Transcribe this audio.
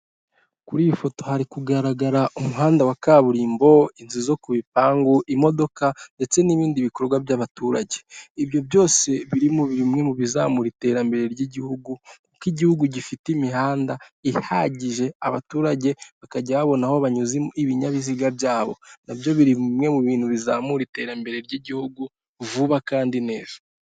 Kuri iyi foto hari kugaragara umuhanda wa kaburimbo, inzu ku bipangu imodoka ndetse n'ibindi bikorwa by'abaturage, ibyo byose biri muri bimwe mu bizamura iterambere ry'igihugu kuko igihugu gifite imihanda ihagije, abaturage bakajya babona aho banyuze ibinyabiziga byabo na byo biri bimwe mu bintu bizamura iterambere ry'igihugu vuba kandi neza.